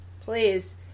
please